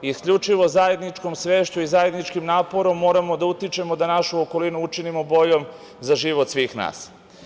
Isključivo zajedničkom svešću i zajedničkim naporom moramo da utičemo da našu okolinu učinimo boljom za život svih nas.